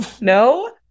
No